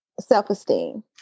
self-esteem